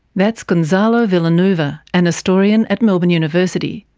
that's gonzalo villanueva, an historian at melbourne university.